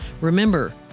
Remember